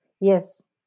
Yes